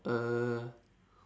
uh